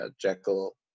Jekyll